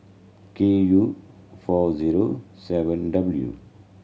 K U four zero seven W